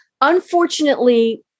unfortunately